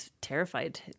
terrified